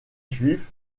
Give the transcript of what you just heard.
juifs